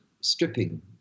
stripping